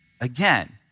Again